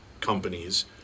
companies